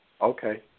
Okay